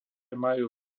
majú